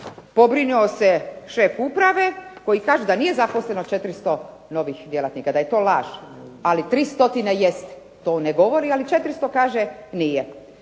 pobrinuo se šef uprave koji kaže da nije zaposleno 400 novih djelatnika, da je to laž. Ali 300 jeste, to ne govori, ali 400 kaže nije.